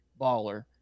baller